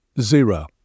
zero